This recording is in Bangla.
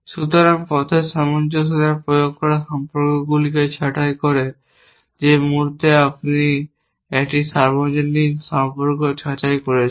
সুতরাং পথের সামঞ্জস্যতা প্রয়োগ করা সম্পর্কগুলিকে ছাঁটাই করে যে মুহূর্তে আপনি একটি সার্বজনীন সম্পর্ক ছাঁটাই করছেন